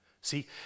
See